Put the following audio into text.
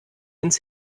ins